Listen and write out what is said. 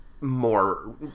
more